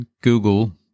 Google